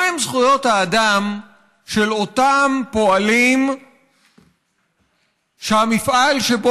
מהן זכויות האדם של אותם פועלים שהמפעל שבו